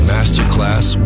Masterclass